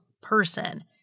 person